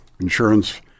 insurance